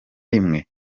rimwe